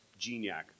Geniac